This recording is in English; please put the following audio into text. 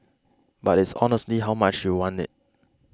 but it's honestly how much you want it